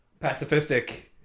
pacifistic